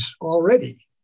already